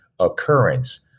occurrence